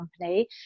company